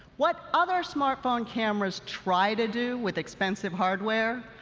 what other smartphone cameras try to do with expensive hardware,